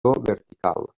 vertical